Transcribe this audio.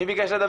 מי ביקש לדבר?